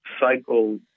cycle